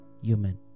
human